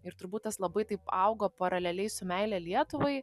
ir turbūt tas labai taip augo paraleliai su meile lietuvai